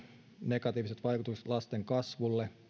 negatiiviset vaikutukset lasten kasvulle